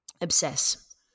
obsess